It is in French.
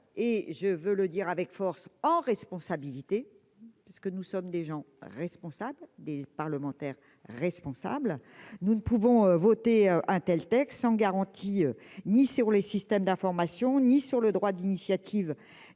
je veux le dire avec force en responsabilité parce que nous sommes des gens responsables des parlementaires responsable, nous ne pouvons voter un tel texte sans garantie ni sur les systèmes d'information, ni sur le droit d'initiative